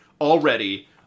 already